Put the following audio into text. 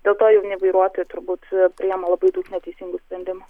dėl to jauni vairuotojai turbūt priima labai daug neteisingų sprendimų